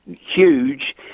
huge